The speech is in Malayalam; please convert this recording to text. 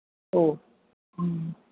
ഓ ഉം